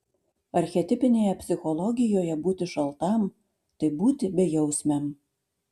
archetipinėje psichologijoje būti šaltam tai būti bejausmiam